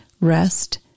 Rest